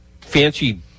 fancy